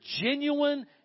genuine